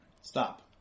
Stop